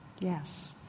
Yes